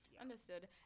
Understood